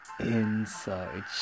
Inside